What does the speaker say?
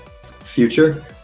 Future